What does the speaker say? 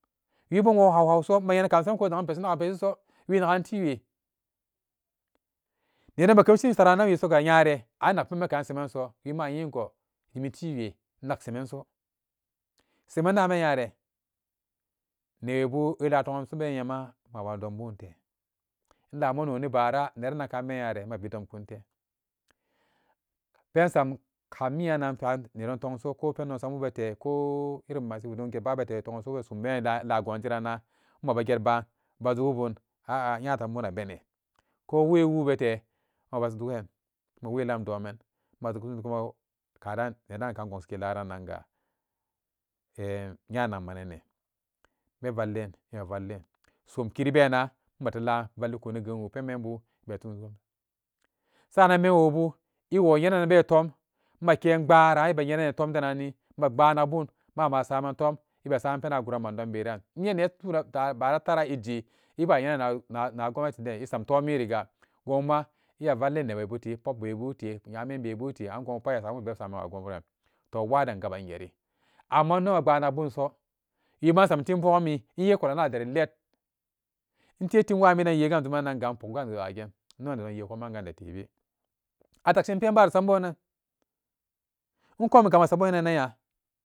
Wibo inwo hauhauso menye nan ka masanan ezagun peshi eza'a peshiso winagan tiiwe nedon pe kemshin saranan wisoga nyare aninnakpenpe kan semanso wima ayengo dimi tiwe innak semanso semandan be nyare newebu ela to'ansoben nyema abadombunte innak noononi baara nerananka bee nyare a vi domkunte pensam kaminyan nankan nedon fongso koh pendon sambu bete ko irin mashikedon ba bete toganso be somben laagonjeranna mabugetban bajugubun a'a nya tambu na bene ko wewu bete aba jugen ma welam doman majugun gon kadari nedankan gonsike larannanga n nyanakmanane nevallen emavallin som keri bena mate laan vallikuni genwu penmenbu be tumsu sa'annan menwobu ewo nyenenan be tom maken pbaaran ebe yenanani tom denanni mapbaa nakbun ma'ama a samantom ebesaman penan aguran mandon beden innye ne tuna baara taara eje eba yena nan na gwamnati den isammotiriga gonma eya vallin nebebute pobbebute nyamenbebute an gonbu pat eya sabulu beb saman wagunburan to waden gaban geri amma inno ma pbaa nakbunso winma insam timpagumi. Eyakolanaderi let intetim wamiden inte ganjuman inga inpok gangwage inno nedon yekomman gande tebe a takshin penbaro sambunnan inkomiga asabunanya.